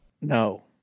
No